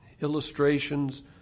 illustrations